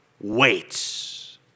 waits